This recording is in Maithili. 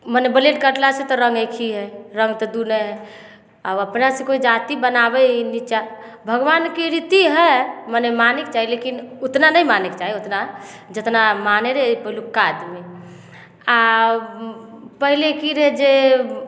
मने ब्लेड कटलासँ तऽ रङ्ग एकही हइ रङ्ग तऽ दुइ नहि हइ आब अपना सभके जाति बनाबै हइ निचा भगवानके रीति हइ मने मानैके चाही लेकिन ओतना नहि मानैके चाही ओतना जतना मानै रहै पहिलुका आदमी आओर पहिले कि रहै जे